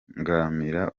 bibangamira